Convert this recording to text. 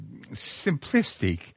simplistic